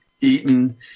eaten